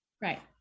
Right